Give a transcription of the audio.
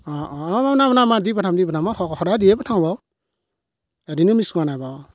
অ' অ' মই দি পঠাম দি পঠাম মই স সদায় দিয়ে পাঠাওঁ বাৰু এদিনো মিছ কৰা নাই বাৰু